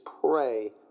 pray